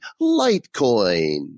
Litecoin